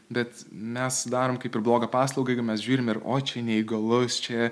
bet mes darom kaip ir blogą paslaugą jeigu mes žiūrim ir o čia neįgalus čia